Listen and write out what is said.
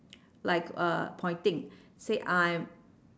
like uh pointing say I'm